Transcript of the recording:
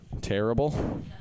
terrible